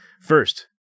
First